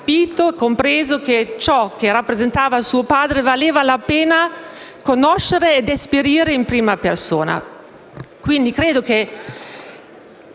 Grazie